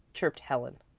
chirped helen.